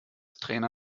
trainer